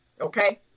okay